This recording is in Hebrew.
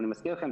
אני מציע לכם,